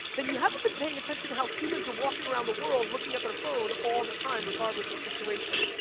then you haven't been paying attention to how humans are walking around the world, looking at their phone all the time, regardless of situation.